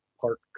park